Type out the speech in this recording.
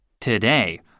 Today